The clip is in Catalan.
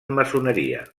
maçoneria